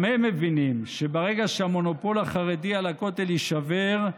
גם הם מבינים שברגע שהמונופול החרדי על הכותל יישבר,